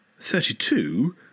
thirty-two